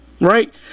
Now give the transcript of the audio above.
Right